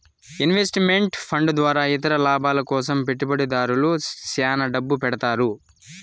invest meant fund ద్వారా ఇతర లాభాల కోసం పెట్టుబడిదారులు శ్యాన డబ్బు పెడతారు